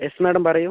S madam പറയൂ